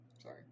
sorry